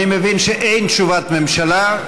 אני מבין שאין תשובת ממשלה,